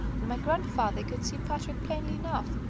and my grandfather could see patrick plainly enough.